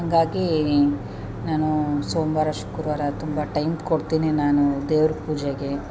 ಹಂಗಾಗೀ ನಾನು ಸೋಮವಾರ ಶುಕ್ರವಾರ ತುಂಬ ಟೈಮ್ ಕೊಡ್ತೀನಿ ನಾನು ದೇವ್ರ ಪೂಜೆಗೆ